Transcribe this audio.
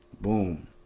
Boom